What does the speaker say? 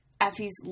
effie's